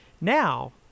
now